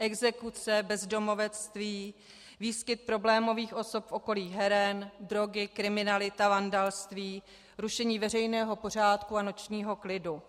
Exekuce, bezdomovectví, výskyt problémových osob v okolí heren, drogy, kriminalita, vandalství, rušení veřejného pořádku, nočního klidu.